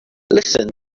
listen